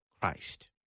Christ